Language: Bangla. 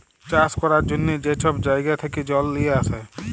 চাষ ক্যরার জ্যনহে যে ছব জাইগা থ্যাকে জল লিঁয়ে আসে